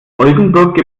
oldenburg